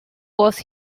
was